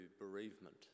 bereavement